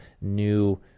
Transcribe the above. new